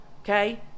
okay